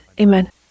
Amen